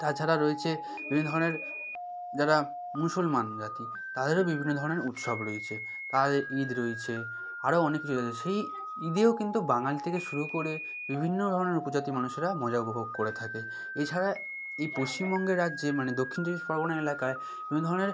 তাছাড়া রয়েছে বিভিন্ন ধরনের যারা মুসলমান জাতি তাদেরও বিভিন্ন ধরনের উৎসব রয়েছে তাদের ঈদ রয়েছে আরো অনেক কিছু রয়েছে সেই ঈদেও কিন্তু বাঙালি থেকে শুরু করে বিভিন্ন ধরনের উপজাতির মানুষেরা মজা উপভোগ করে থাকে এছাড়া এই পশ্চিমবঙ্গে রাজ্যে মানে দক্ষিণ চব্বিশ পরগনা এলাকায় বিভিন্ন ধরনের